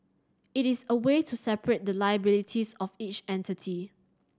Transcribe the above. it is a way to separate the liabilities of each entity